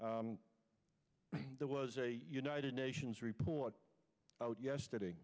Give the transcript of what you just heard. there was a united nations report out yesterday